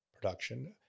production